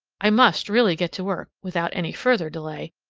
i must really get to work, without any further delay,